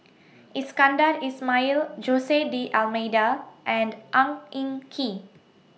Iskandar Ismail Jose D'almeida and Ang Yin Kee